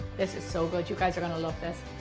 this is so good, you guys are going to love this.